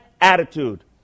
attitude